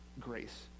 grace